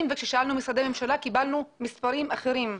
וכששאלנו משרדי ממשלה קיבלנו מספרים אחרים.